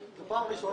משרד